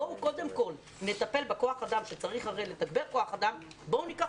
בואו קודם כל נטפל בכוח האדם - כי הרי צריך לתגבר כוח אדם ובואו ניקח